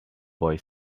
boy